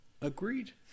agreed